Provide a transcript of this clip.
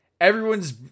Everyone's